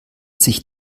sich